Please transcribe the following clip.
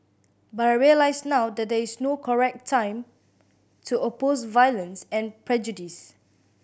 but I realise now that there is no correct time to oppose violence and prejudice